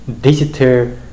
digital